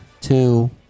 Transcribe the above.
two